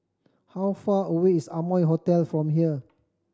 how far away is Amoy Hotel from here